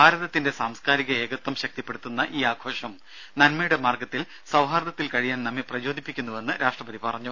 ഭാരതത്തിന്റെ സാംസ്കാരിക ഏകത്വം ശക്തിപ്പെടുത്തുന്ന ഈ ആഘോഷം നന്മയുടെ മാർഗത്തിൽ സൌഹാർദ്ദത്തിൽ കഴിയാൻ നമ്മെ പ്രചോദിപ്പിക്കുന്നുവെന്ന് രാഷ്ട്രപതി പറഞ്ഞു